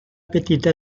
petita